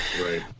Right